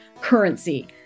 currency